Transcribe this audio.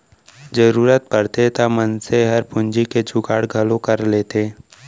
जरूरत परथे त मनसे हर पूंजी के जुगाड़ घलौ कर लेथे